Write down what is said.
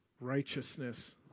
righteousness